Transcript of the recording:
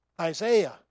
Isaiah